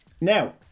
now